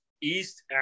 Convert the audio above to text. east